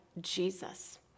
Jesus